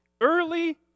early